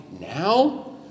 now